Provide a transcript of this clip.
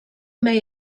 may